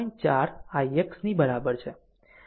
4 ix ની બરાબર છે